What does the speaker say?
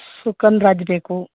ಸುಗಂದ್ರಾಜ ಬೇಕು